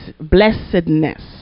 blessedness